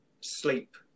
sleep